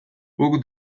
guk